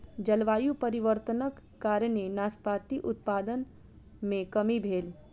जलवायु परिवर्तनक कारणेँ नाशपाती उत्पादन मे कमी भेल